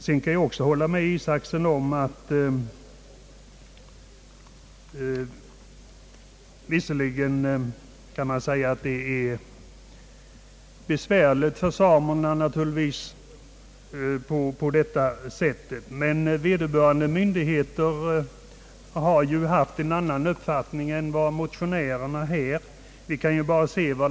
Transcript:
Vidare kan jag hålla med herr Isacson om att det naturligtvis är besvärligt för samerna på många sätt, men vederbörande myndigheter har ju haft en annan uppfattning på hela frågan än motionärerna.